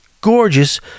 gorgeous